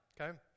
okay